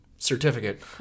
Certificate